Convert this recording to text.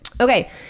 okay